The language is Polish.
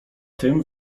tym